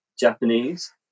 Japanese